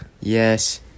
Yes